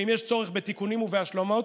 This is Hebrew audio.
ואם יש צורך בתיקונים ובהשלמות,